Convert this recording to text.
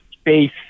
space